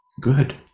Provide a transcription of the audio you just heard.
good